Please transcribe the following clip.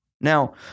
Now